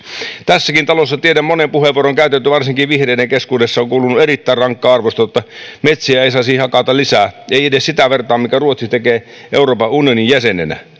tässäkin talossa tiedän monen puheenvuoron käytetyn varsinkin vihreiden keskuudessa on kuulunut erittäin rankkaa arvostelua että metsiä ei saisi hakata lisää ei edes sitä vertaa minkä ruotsi tekee euroopan unionin jäsenenä